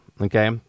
Okay